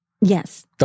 Yes